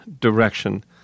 direction –